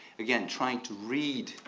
again, trying to read,